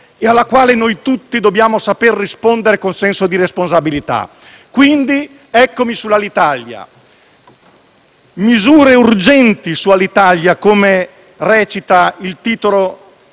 e alla quale noi tutti dobbiamo saper rispondere con senso di responsabilità. Quindi, eccomi sull'Alitalia: «misure urgenti su Alitalia», come recita il titolo